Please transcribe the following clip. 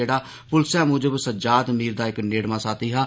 जेहड़ा पुलसै मजब सज्जाद मीर दा इक नेड़मा साथी हा